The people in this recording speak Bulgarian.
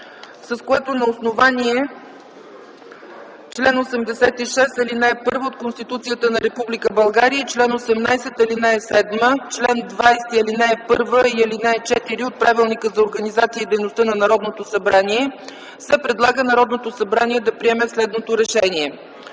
с което на основание чл. 86, ал. 1 от Конституцията на Република България и чл. 18, ал. 7, чл. 20, ал. 1 и ал. 4 от Правилника за организацията и дейността на Народното събрание се предлага Народното събрание да приеме следното „РЕШЕНИЕ